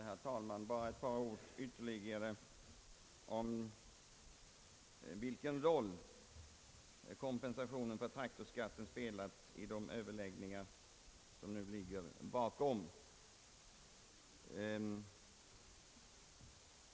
Herr talman! Jag vill bara anföra ytterligare några få ord om vilken roll frågan om kompensation för traktorskatten spelat i de överläggningar som nu är avslutade.